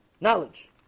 knowledge